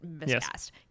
miscast